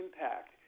impact